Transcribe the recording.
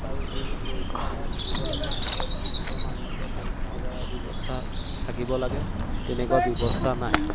আৰু যিবোৰ পৰীক্ষাগাৰ থাকিব লাগে উন্নত মানদণ্ডৰ পৰীক্ষাগাৰৰ ব্যৱস্থা থাকিব লাগে তেনেকুৱা ব্যৱস্থা নাই